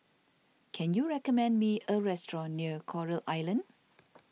can you recommend me a restaurant near Coral Island